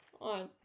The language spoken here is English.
on